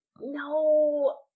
no